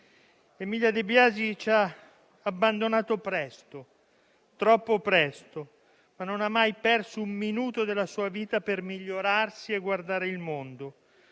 Emilia De Biasi ci ha abbandonato presto, troppo presto, ma non ha mai perso un minuto della sua vita per migliorarsi e guardare il mondo.